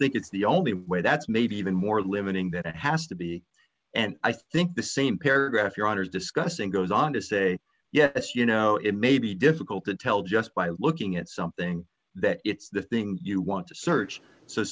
think it's the only way that's maybe even more limiting than it has to be and i think the same paragraph your honor discussing goes on to say yes you know it may be difficult to tell just by looking at something that it's the thing you want to search so